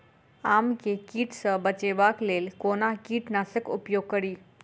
आम केँ कीट सऽ बचेबाक लेल कोना कीट नाशक उपयोग करि?